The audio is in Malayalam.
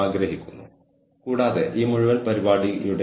മാനവ വിഭവശേഷി മാനേജ്മെന്റിന്റെ തന്ത്രപരമല്ലാത്ത മാതൃകകളുമായി നമ്മൾ ഇടപെടില്ല